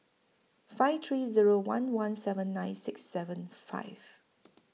five three Zero one one seven nine six seven five